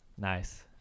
Nice